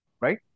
right